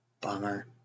Bummer